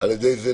על ידי זה